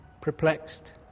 perplexed